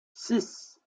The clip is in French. six